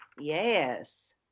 Yes